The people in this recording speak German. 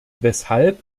weshalb